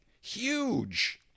huge